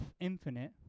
infinite